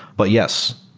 but, yes,